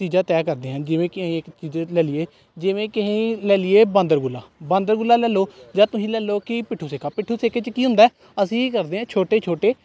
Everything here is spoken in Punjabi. ਚੀਜ਼ਾਂ ਤੈਅ ਕਰਦੇ ਹਨ ਜਿਵੇਂ ਕਿ ਅਸੀਂ ਇੱਕ ਚੀਜ਼ ਲੈ ਲਈਏ ਜਿਵੇਂ ਕਿ ਅਸੀਂ ਲੈ ਲਈਏ ਬਾਂਦਰ ਗੁੱਲਾ ਬਾਂਦਰ ਗੁੱਲਾ ਲੈ ਲਓ ਜਾਂ ਤੁਸੀਂ ਲੈ ਲਓ ਕਿ ਪਿੱਠੂ ਸੇਕਾ ਪਿੱਠੂ ਸੇਕੇ 'ਚ ਕੀ ਹੁੰਦਾ ਹੈ ਅਸੀਂ ਕੀ ਕਰਦੇ ਹਾਂ ਛੋਟੇ ਛੋਟੇ